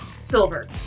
Silver